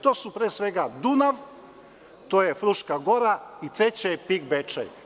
To su pre svega Dunav, to je Fruška Gora i treće je PIK Bečej.